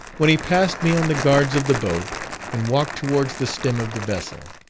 when he passed me on the guards of the boat and walked towards the stem of the vessel.